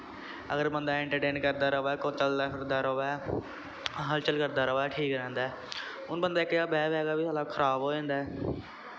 अगर बंदा ऐंट्रटेन करदा रवै चलदा फिरदा रवै हलचल करदा रवै ठीक रैंह्दा ऐ हून बंदा इक जगह् बी बैह् बैह् के बी साला खराब हो जांदा ऐ